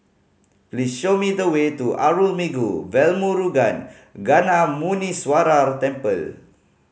please show me the way to Arulmigu Velmurugan Gnanamuneeswarar Temple